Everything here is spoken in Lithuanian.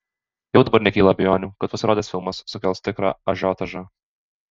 jau dabar nekyla abejonių kad pasirodęs filmas sukels tikrą ažiotažą